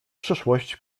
przyszłość